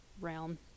realm